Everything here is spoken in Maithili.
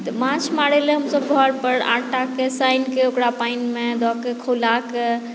तऽ माँछ मारैला हमसभ घर पर आटाके सानि के ओकरा पानिमे दऽ के खौलाके